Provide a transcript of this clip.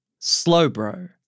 Slowbro